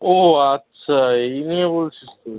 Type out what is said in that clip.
ও আচ্ছা এই নিয়ে বলছিস তুই